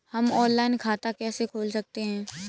हम ऑनलाइन खाता कैसे खोल सकते हैं?